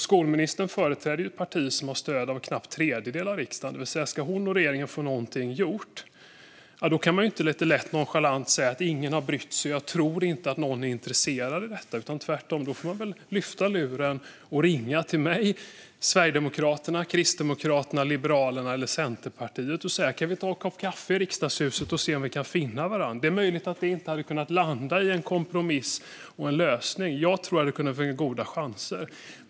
Skolministern företräder ett parti som har stöd av knappt en tredjedel av riksdagen, vilket innebär att man om hon och regeringen ska få någonting gjort inte kan lite lätt och nonchalant säga att ingen har brytt sig och att man inte tror att någon är intresserad av detta. Då får man väl tvärtom lyfta luren och ringa mig, Sverigedemokraterna, Kristdemokraterna, Liberalerna eller Centerpartiet och säga: Kan vi ta en kopp kaffe i Riksdagshuset och se om vi kan finna varandra? Det är möjligt att det inte hade kunnat landa i en kompromiss och en lösning, men jag tror att det hade funnits goda chanser.